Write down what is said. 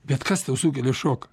bet kas tau sukelia šoką